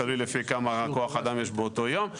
תלוי לפי כמה כוח אדם יש באותו יום,